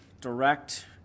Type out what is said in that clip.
direct